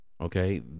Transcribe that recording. okay